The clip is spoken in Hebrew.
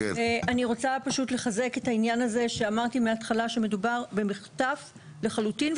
אני רוצה פשוט לחזק את העניין הזה שאמרתי מההתחלה שמדובר במחטף לחלוטין,